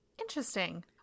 Interesting